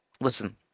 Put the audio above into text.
listen